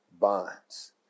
bonds